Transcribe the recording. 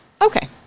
Okay